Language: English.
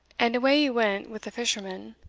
and away he went with the fisherman.